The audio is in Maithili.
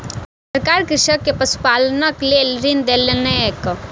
सरकार कृषक के पशुपालनक लेल ऋण देलकैन